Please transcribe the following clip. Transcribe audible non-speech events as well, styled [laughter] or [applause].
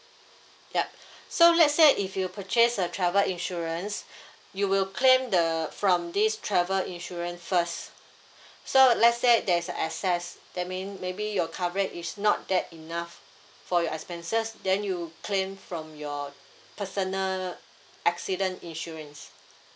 yup so let's say if you purchase a travel insurance [breath] you will claim the from this travel insurance first so let's say there's a excess that mean maybe your coverage is not that enough for your expenses then you claim from your personal accident insurance